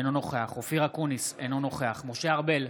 אינו נוכח אופיר אקוניס, אינו נוכח משה ארבל,